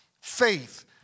faith